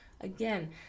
again